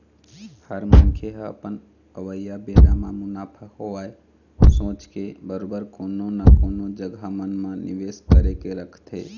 हर मनखे ह अपन अवइया बेरा म मुनाफा होवय सोच के बरोबर कोनो न कोनो जघा मन म निवेस करके रखथे